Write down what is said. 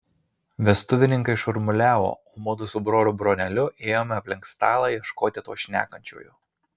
vestuvininkai šurmuliavo o mudu su broliu broneliu ėjome aplink stalą ieškoti to šnekančiojo